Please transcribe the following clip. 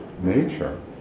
nature